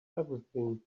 everything